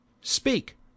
Speak